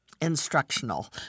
instructional